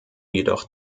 jedoch